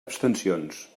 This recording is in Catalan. abstencions